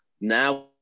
Now